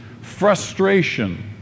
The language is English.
frustration